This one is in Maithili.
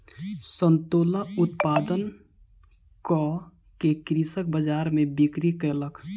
संतोला उत्पादन कअ के कृषक बजार में बिक्री कयलक